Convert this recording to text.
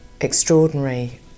extraordinary